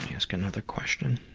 ask another question.